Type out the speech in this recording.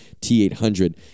t800